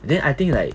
then I think like